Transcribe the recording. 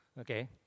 okay